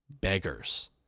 beggars